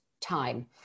time